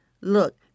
Look